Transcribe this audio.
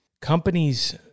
companies